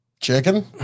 Chicken